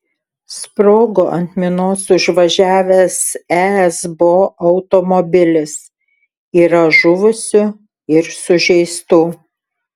sprogo ant minos užvažiavęs esbo automobilis yra žuvusių ir sužeistų